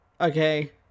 Okay